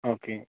okay